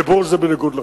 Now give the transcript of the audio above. וברור שזה בניגוד לחוק,